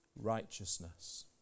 Righteousness